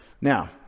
Now